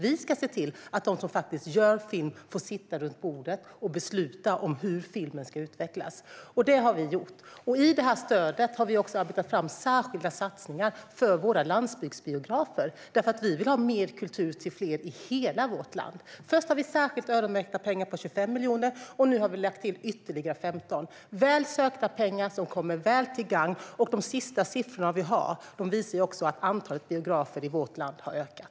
Vi ville se till att de som gör film får sitta med runt bordet och besluta om hur filmen ska utvecklas, och det har vi gjort. Inom det här stödet har vi också arbetat fram särskilda satsningar på landsbygdsbiografer. Vi vill ha mer kultur till fler i hela vårt land. Först har vi särskilt öronmärkta pengar på 25 miljoner, och nu har vi lagt in ytterligare 15 miljoner. Dessa pengar kommer väl till gagn, och de senaste siffrorna visar också att antalet biografer i vårt land har ökat.